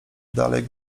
dalej